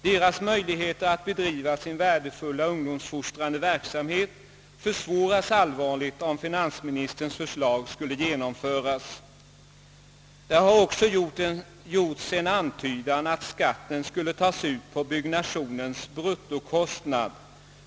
Deras möjligheter att bedriva sin värdefulla ungdomsfostrande verksamhet försvåras allvarligt, om finansministerns förslag genomföres. En antydan har också gjorts om att skatten skulle tas ut på byggandets bruttokostnad.